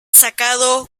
sacado